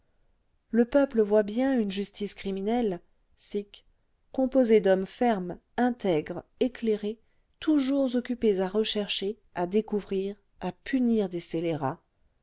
le peuple voit bien une justice criminelle sic composée d'hommes fermes intègres éclairés toujours occupés à rechercher à découvrir à punir des scélérats